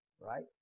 Right